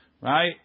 right